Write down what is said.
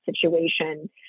situation